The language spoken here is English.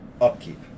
upkeep